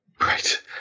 Right